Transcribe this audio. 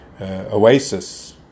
oasis